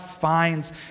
finds